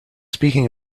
speaking